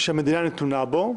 שהמדינה נתונה בו,